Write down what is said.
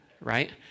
right